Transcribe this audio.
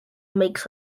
makes